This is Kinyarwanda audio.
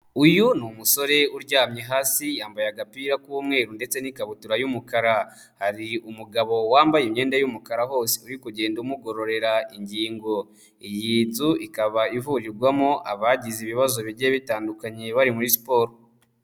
Uyu ni umusore uryamye hasi, yambaye agapira k'umweru ndetse n'ikabutura y'umukara, hari umugabo wambaye imyenda y'umukara hose uri kugenda umugororera ingingo, iyi nzu ikaba ivurirwamo abagize ibibazo bigiye bitandukanye bari muri siporo.